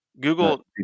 Google